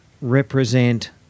represent